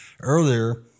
Earlier